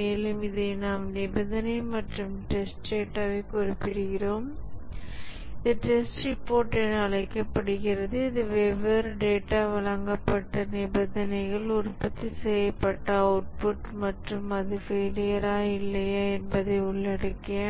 மேலும் இதை நாம் நிபந்தனை மற்றும் டெஸ்ட் டேட்டாவைக் குறிப்பிடுகிறோம் இது டெஸ்ட் ரிப்போர்ட் என அழைக்கப்படுகிறது இது வெவ்வேறு டேட்டா வழங்கப்பட்ட நிபந்தனைகள் உற்பத்தி செய்யப்பட்ட அவுட் புட் மற்றும் அது ஃபெயிலியரா இல்லையா என்பதை உள்ளடக்கிய